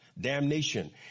Damnation